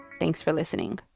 thanks for listening